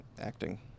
acting